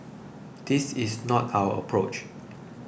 this is not our approach